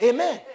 Amen